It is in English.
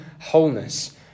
wholeness